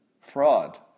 fraud